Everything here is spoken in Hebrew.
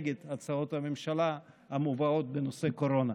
נגד הצעות הממשלה המובאות בנושא קורונה.